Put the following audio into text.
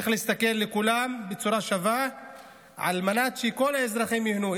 צריך להסתכל על כולם בצורה שווה על מנת שכל האזרחים ייהנו.